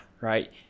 Right